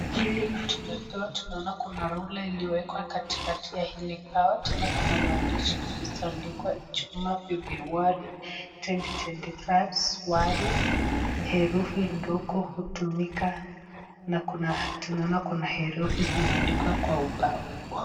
Hili tunaona kuna rula iliyowekwa katikati ya hili bao. Tena kuna maandishi zilizoandikwa Ijumaa Februari 2025 Swahili herufi ndogo hutumika na kuna tunaona kuna herufi zimeandikwa kwa ubao.